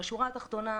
השורה התחתונה,